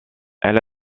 elle